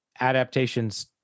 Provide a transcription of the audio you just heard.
adaptations